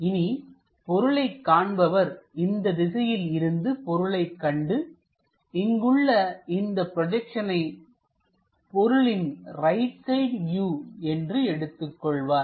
இனி பொருளை காண்பவர் இந்த திசையில் இருந்து பொருளைக் கண்டுஇங்குள்ள இந்த ப்ரொஜெக்ஷனை பொருளின் ரைட் சைடு வியூ என்று எடுத்துக் கொள்வார்